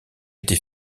été